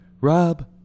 Rob